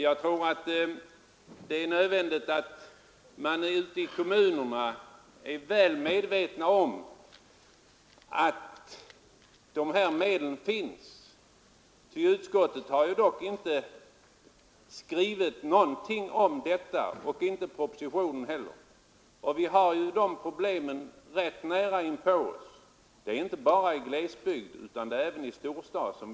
Jag tror att det är nödvändigt att se till att man ute i kommunerna är väl medveten om att dessa medel finns. Varken i betänkandet eller i propositionen har det skrivits någonting om det, trots att vi har dessa problem rätt nära inpå oss; de är aktuella inte bara i glesbygder utan även i storstäderna.